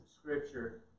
Scripture